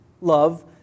love